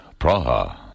Praha